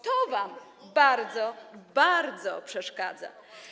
To wam bardzo, bardzo przeszkadza.